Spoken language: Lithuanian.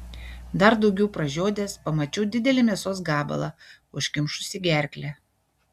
dar daugiau pražiodęs pamačiau didelį mėsos gabalą užkimšusį gerklę